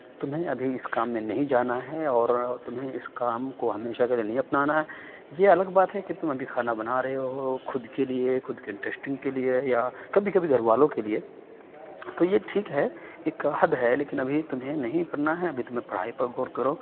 تمہیں ابھی اِس کام میں نہیں جانا ہے اور تمہیں اِس کام کو ہمیشہ کے لیے نہیں اپنانا ہے یہ الگ بات ہے کہ تم ابھی کھانا بنا رہے ہو خود کے لیے خود کے انٹرسٹنگ کے لیے یا کبھی کبھی گھر والوں کے لیے تو یہ ٹھیک ہے ایک حد ہے لیکن ابھی تمہیں نہیں کرنا ہے ابھی تمہیں پڑھائی پر غور کرو